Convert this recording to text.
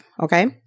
Okay